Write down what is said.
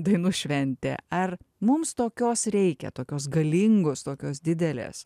dainų šventė ar mums tokios reikia tokios galingos tokios didelės